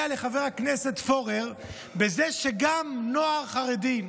לחבר הכנסת פורר בזה שגם נוער חרדי,